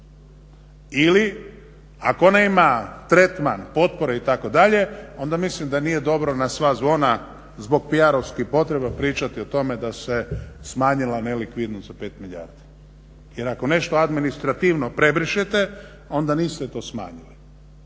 Ili ako ona ima tretman potpore itd. onda mislim da nije dobro na sva zvona zbog PR-ovskih potreba pričati o tome da se smanjila nelikvidnost od 5 milijardi. Jer ako nešto administrativno prebrišete onda niste to smanjili